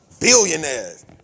billionaires